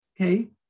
Okay